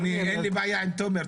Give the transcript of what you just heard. אין לי בעיה עם תומר.